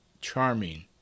charming